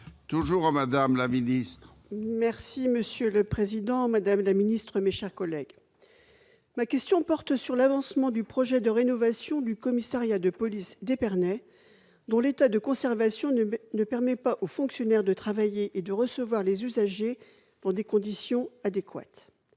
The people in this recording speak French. ministre de l'intérieur. Monsieur le président, madame la secrétaire d'État, mes chers collègues, ma question porte sur l'avancement du projet de rénovation du commissariat de police d'Épernay, dont l'état de conservation ne permet pas aux fonctionnaires de travailler et de recevoir les usagers dans des conditions adéquates.